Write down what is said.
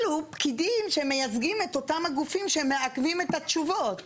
אלו פקידים שמייצגים את אותם הגופים שמעכבים את התשובות,